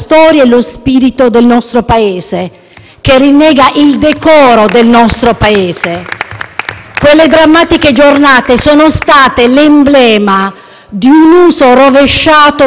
Quelle drammatiche giornate sono state l'emblema di un uso rovesciato della forza, esercitata solo nei confronti dei più deboli e mai nelle sedi opportune;